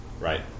right